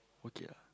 okay ah